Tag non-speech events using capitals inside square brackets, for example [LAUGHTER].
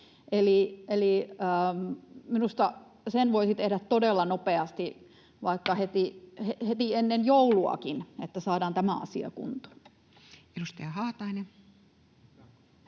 Eli minusta sen voisi tehdä todella nopeasti, [NOISE] vaikka heti ennen jouluakin, että saadaan tämä asia kuntoon. Edustaja Haatainen.